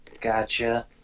Gotcha